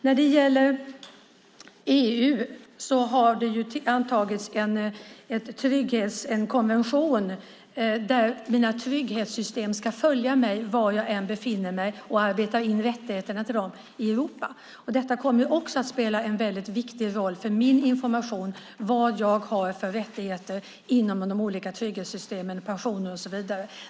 När det gäller EU har det antagits en konvention om att mina trygghetssystem ska följa mig var jag än befinner mig och arbetar in rättigheterna till dem i Europa. Detta kommer också att spela en väldigt viktig roll för min information om vilka rättigheter jag har inom de olika trygghetssystemen, pensioner och så vidare.